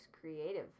Creative